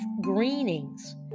greenings